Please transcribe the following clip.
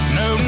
no